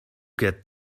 get